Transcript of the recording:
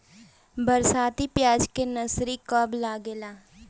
बरसाती प्याज के नर्सरी कब लागेला?